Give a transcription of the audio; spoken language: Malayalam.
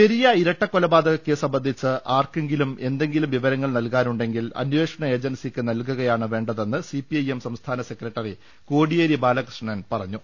പെരിയ ഇരട്ട കോലപാതക കേസ് സംബന്ധിച്ച് ആർക്കെങ്കിലും എന്തെങ്കിലും വിവരങ്ങൾ നൽകാനുണ്ടെങ്കിൽ അന്വേഷണ ഏജൻസിക്ക് നൽകുകയാണ് വേണ്ടതെന്ന് സിപിഐഎം സംസ്ഥാന സെക്രട്ടറി കോടിയേരി ബാലകൃഷ്ണൻ പറഞ്ഞു